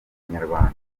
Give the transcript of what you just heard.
inyarwanda